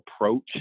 approach